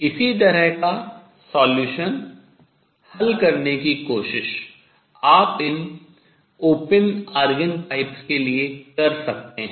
इसी तरह का solution हल करने की कोशिश आप इन खुले ऑर्गन पाइपों के लिए कर सकते हैं